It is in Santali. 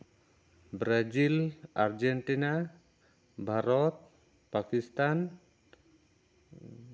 Brazil Argentina Bharat Pakistan